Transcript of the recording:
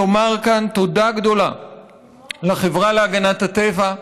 לומר כאן תודה גדולה לחברה להגנת הטבע,